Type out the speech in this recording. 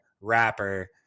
rapper